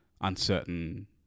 uncertain